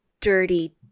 dirty